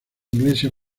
iglesia